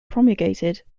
promulgated